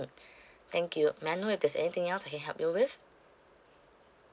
thank you may I know if there's anything else I can help you with